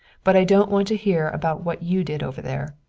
but i don't want to hear about what you did over there.